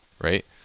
right